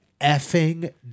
effing